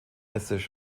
esses